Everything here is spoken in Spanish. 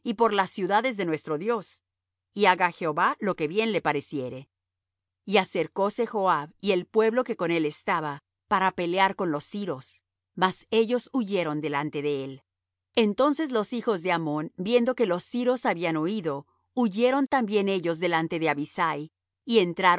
y por las ciudades de nuestro dios y haga jehová lo que bien le pareciere y acercóse joab y el pueblo que con él estaba para pelear con los siros mas ellos huyeron delante de él entonces los hijos de ammón viendo que los siros habían huído huyeron también ellos delante de abisai y